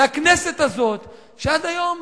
והכנסת הזאת, שעד היום